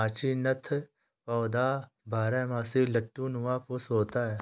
hyacinth पौधा बारहमासी लट्टू नुमा पुष्प होता है